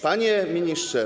Panie Ministrze!